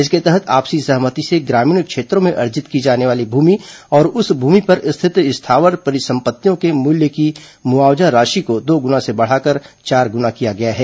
इसके तहत आपसी सहमति से ग्रामीण क्षेत्रों में अर्जित की जाने वाली भूमि और उस भूमि पर स्थित स्थावर परिसंपत्तियों के मूल्य की मुआवजा राशि को दो गुना से बढ़ाकर चार गुना किया गया है